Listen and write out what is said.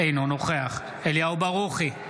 אינו נוכח אליהו ברוכי,